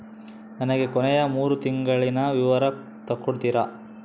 ನನಗ ಕೊನೆಯ ಮೂರು ತಿಂಗಳಿನ ವಿವರ ತಕ್ಕೊಡ್ತೇರಾ?